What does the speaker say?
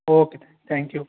okay thank you